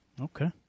Okay